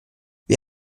wir